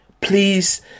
Please